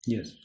Yes